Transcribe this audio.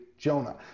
Jonah